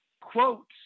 Quote